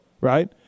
right